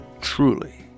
truly